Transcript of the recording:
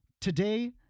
Today